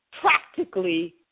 practically